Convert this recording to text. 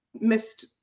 missed